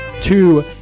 two